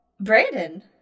Brandon